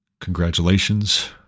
congratulations